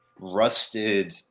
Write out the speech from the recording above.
rusted